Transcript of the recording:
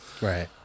Right